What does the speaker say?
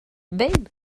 behin